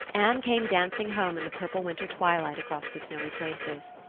anne came dancing home in the purple winter twilight across the snowy places.